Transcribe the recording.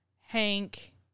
Hank